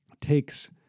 takes